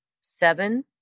Seven